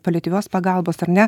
paliatyvios pagalbos ar ne